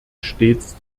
stets